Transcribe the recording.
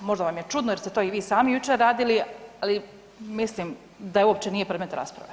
Možda vam je čudno jer ste to i vi sami jučer radili, ali mislim da uopće nije predmet rasprave.